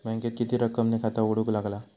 बँकेत किती रक्कम ने खाता उघडूक लागता?